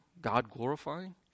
God-glorifying